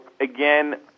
again